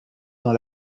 dans